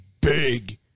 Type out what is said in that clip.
big